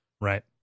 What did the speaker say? Right